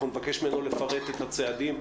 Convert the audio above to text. אני נבקש ממנו לפרט את הצעדים,